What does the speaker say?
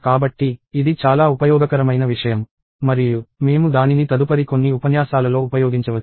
కాబట్టి ఇది చాలా ఉపయోగకరమైన విషయం మరియు మేము దానిని తదుపరి కొన్ని ఉపన్యాసాలలో ఉపయోగించవచ్చు